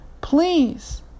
Please